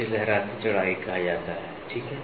इसे लहराती चौड़ाई कहा जाता है ठीक है